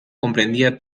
comprendía